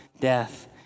death